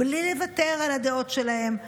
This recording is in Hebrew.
בלי לוותר על הדעות שלהם,